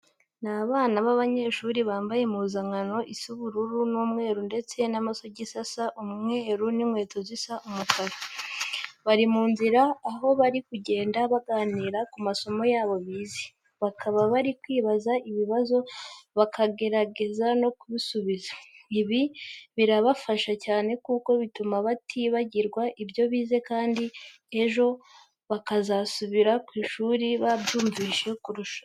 Ni abana b'abanyeshuri bambaye impuzankano isa ubururu n'umweru ndetse n'amasogisi asa umweru n'inkweto zisa umukara. Bari mu nzira aho bari kugenda baganira ku masomo yabo bize, bakaba bari kwibaza ibibazo bakagerageza no kubisubiza. Ibi birabafasha cyane kuko bituma batibagirwa ibyo bize kandi ejo bakazasubira ku ishuri babyumvise kurushaho.